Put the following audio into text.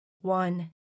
one